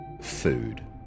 food